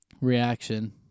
reaction